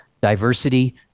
diversity